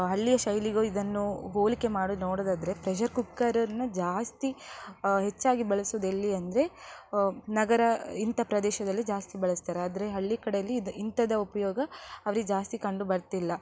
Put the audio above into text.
ಹಳ್ಳಿಯ ಶೈಲಿಗೂ ಇದನ್ನು ಹೋಲಿಕೆ ಮಾಡಿ ನೋಡುವುದಾದ್ರೆ ಪ್ರೆಷರ್ ಕುಕ್ಕರನ್ನು ಜಾಸ್ತಿ ಹೆಚ್ಚಾಗಿ ಬಳಸುದು ಎಲ್ಲಿ ಅಂದರೆ ನಗರ ಇಂಥ ಪ್ರದೇಶದಲ್ಲಿ ಜಾಸ್ತಿ ಬಳಸ್ತಾರೆ ಆದರೆ ಹಳ್ಳಿ ಕಡೆಯಲ್ಲಿ ಇದು ಇಂಥದ್ದು ಉಪಯೋಗ ಅವ್ರಿಗೆ ಜಾಸ್ತಿ ಕಂಡು ಬರ್ತಿಲ್ಲ